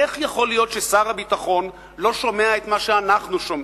איך יכול להיות ששר הביטחון לא שומע את מה שאנחנו שומעים?